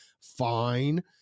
fine